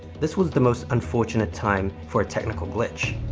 this was the most unfortunate time for a technical glitch,